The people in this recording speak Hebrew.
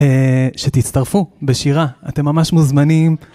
שתצטרפו בשירה, אתם ממש מוזמנים.